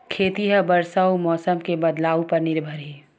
खेती हा बरसा अउ मौसम के बदलाव उपर निर्भर हे